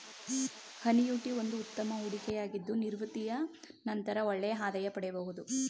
annuity ಒಂದು ಉತ್ತಮ ಹೂಡಿಕೆಯಾಗಿದ್ದು ನಿವೃತ್ತಿಯ ನಂತರ ಒಳ್ಳೆಯ ಆದಾಯ ಪಡೆಯಬಹುದು